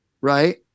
right